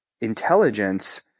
intelligence